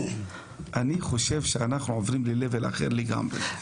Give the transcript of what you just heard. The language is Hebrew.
אני חושב שאנחנו עוברים ללבל אחר לגמרי.